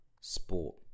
sport